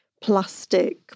plastic